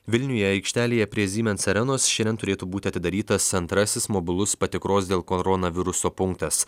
vilniuje aikštelėje prie siemens arenos šiandien turėtų būti atidarytas antrasis mobilus patikros dėl koronaviruso punktas